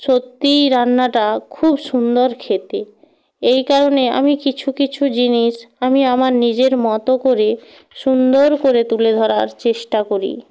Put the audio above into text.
সত্যিই রান্নাটা খুব সুন্দর খেতে এই কারণে আমি কিছু কিছু জিনিস আমি আমার নিজের মতো করে সুন্দর করে তুলে ধরার চেষ্টা করি